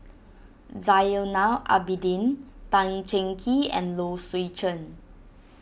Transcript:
Zainal Abidin Tan Cheng Kee and Low Swee Chen